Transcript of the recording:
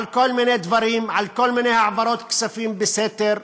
על כל מיני דברים, על כל מיני העברות כספים בסתר,